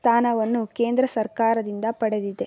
ಸ್ಥಾನವನ್ನು ಕೇಂದ್ರ ಸರ್ಕಾರದಿಂದ ಪಡೆದಿದೆ